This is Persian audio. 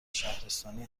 شهرستانی